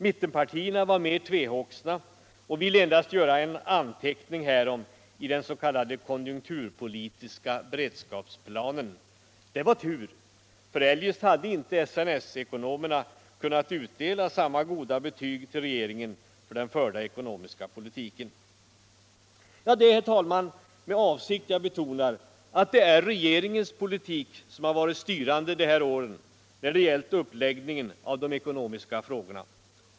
Mittenpartierna var mer tvehågsna och ville endast göra en anteckning härom i den s.k. konjunkturpolitiska beredskapsplanen. Det var tur, för eljest hade inte SNS-ekonomerna kunnat utdela samma goda betyg till regeringen för den förda ekonomiska politiken. Det är, herr talman, med avsikt jag betonar att det är regeringens politik som har varit styrande under de här åren när det gällt uppläggningen av de ekonomiska frågorna.